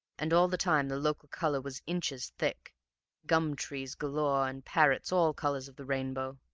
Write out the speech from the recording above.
and all the time the local color was inches thick gum-trees galore and parrots all colors of the rainbow.